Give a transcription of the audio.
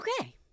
Okay